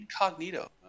Incognito